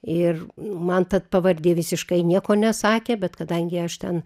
ir man ta pavardė visiškai nieko nesakė bet kadangi aš ten